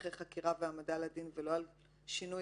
הליכי חקירה והעמדה לדין ולא על שינוי